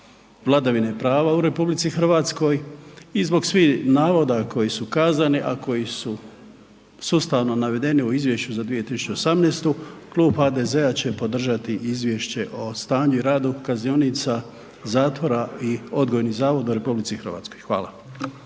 vladavine prava u RH i zbog svih navoda koji su kazani, a koji su sustavno navedeni u izvješću za 2018., Klub HDZ-a će podržati izvješće o stanju i radu kaznionica zatvora i odgojnih zavoda u RH. Hvala.